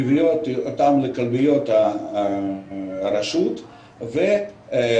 מביאות אותם לכלביות הרשות ובכלביות